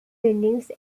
buildings